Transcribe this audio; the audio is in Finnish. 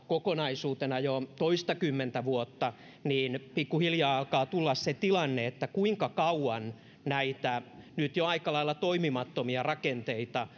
kokonaisuutena jo toistakymmentä vuotta niin pikkuhiljaa alkaa tulla se tilanne että kuinka kauan näitä nyt jo aika lailla toimimattomia rakenteita